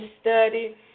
study